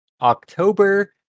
October